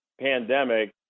pandemic